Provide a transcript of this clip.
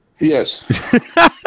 Yes